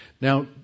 Now